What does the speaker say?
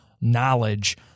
knowledge